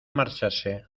marcharse